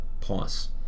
Pause